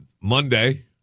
Monday